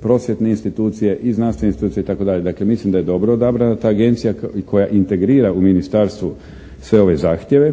prosvjetne institucije i znanstvene institucije itd. Dakle mislim da je dobro odabrala ta agencija i koja integrira u ministarstvu sve ove zahtjeve,